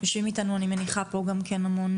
יושבים איתנו אני מניחה פה גם כן המון